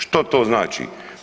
Što to znači?